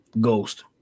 Ghost